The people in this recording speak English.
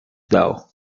though